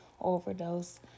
overdose